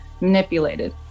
manipulated